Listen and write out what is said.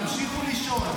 תמשיכו לישון.